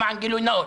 למען גילוי נאות?